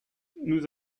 nous